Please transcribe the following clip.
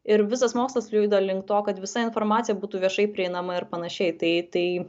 ir visas mokslas juda link to kad visa informacija būtų viešai prieinama ir panašiai tai tai